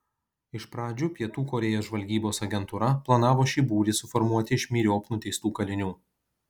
iš pradžių pietų korėjos žvalgybos agentūra planavo šį būrį suformuoti iš myriop nuteistų kalinių